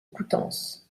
coutances